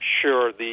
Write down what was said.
Sure